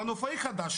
מנופאי חדש,